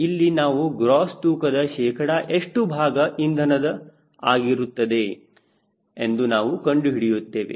ಇಲ್ಲಿ ನಾವು ಗ್ರೋಸ್ ತೂಕದ ಶೇಕಡ ಎಷ್ಟು ಭಾಗ ಇಂಧನದ ತೂಕ ಆಗಿರುತ್ತದೆ ಎಂದು ನಾವು ಕಂಡುಹಿಡಿಯುತ್ತೇವೆ